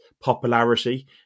popularity